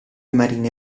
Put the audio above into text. marine